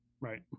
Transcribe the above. Right